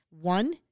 One